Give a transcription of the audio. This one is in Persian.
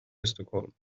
استکهلم